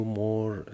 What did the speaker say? more